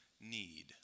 need